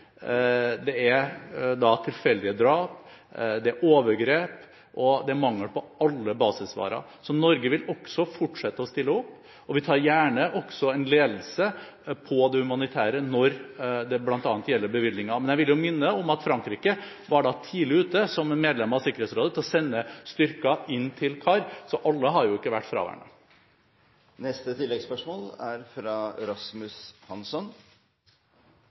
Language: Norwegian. Det er tilfeldige drap, det er overgrep, og det er mangel på alle basisvarer. Norge vil fortsette å stille opp, og vi tar også gjerne en ledelse på det humanitære området bl.a. når det gjelder bevilgninger. Men jeg vil minne om at Frankrike, som medlem av Sikkerhetsrådet, var tidlig ute med å sende styrker inn i Den sentralafrikanske republikk, så alle har jo ikke vært fraværende. Presidenten vil åpne for et fjerde oppfølgingsspørsmål, fra Rasmus Hansson.